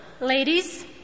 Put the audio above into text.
Ladies